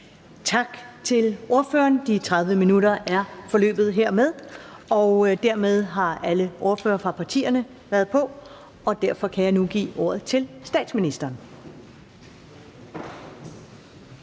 Tak til ordføreren. De 30 minutter er hermed forløbet. Dermed har alle ordførerne fra partierne været på, og derfor kan jeg nu give ordet til statsministeren.